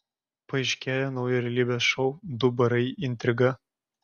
paaiškėjo naujo realybės šou du barai intriga